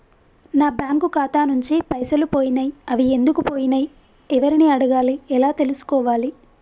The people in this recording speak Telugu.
నా బ్యాంకు ఖాతా నుంచి పైసలు పోయినయ్ అవి ఎందుకు పోయినయ్ ఎవరిని అడగాలి ఎలా తెలుసుకోవాలి?